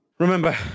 remember